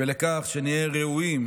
ולכך שנהיה ראויים